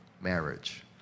marriage